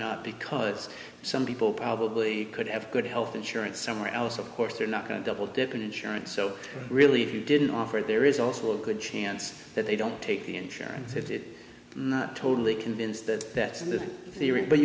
not because some people probably could have good health insurance somewhere else of course they're not going to double dip in insurance so really if you didn't offer it there is also a good chance that they don't take the insurance if it not totally convinced that that's in the